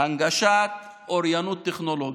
הנגשת אוריינות טכנולוגית.